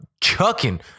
chucking